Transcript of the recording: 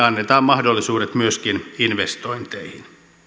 annetaan mahdollisuudet myöskin investointeihin